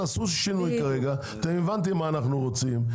תעשו שינוי כי הבנתם מה אנחנו רוצים.